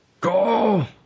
Go